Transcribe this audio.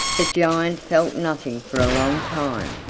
the giant felt nothing for a long time,